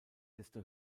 desto